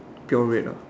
pure red ah